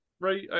right